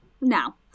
Now